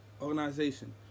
organization